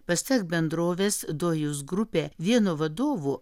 pasak bendrovės dojus grupė vieno vadovo